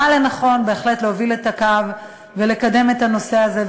ראה לנכון להוביל את הקו ולקדם את הנושא הזה,